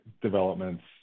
developments